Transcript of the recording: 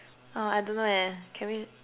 uh I don't know leh can we